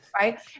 Right